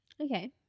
Okay